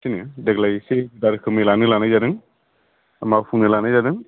जोङो देग्लाय इसे गुवार रोखोमै लानाय जादों मावफुंनो लानाय जादों